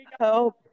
Help